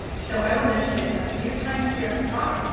so i will mention it a few times throughout the talk,